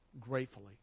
gratefully